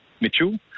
Mitchell